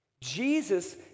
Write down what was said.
Jesus